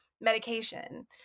medication